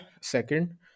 second